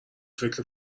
فکر